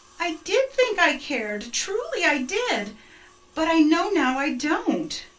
i did think i cared truly i did but i know now i don't.